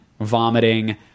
vomiting